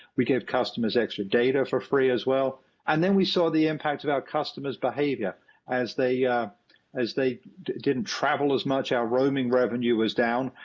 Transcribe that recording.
we gave customers extra data for free as well and then we saw the impact of our customers' behavior as they as they didn't travel as much. our roaming revenue was down.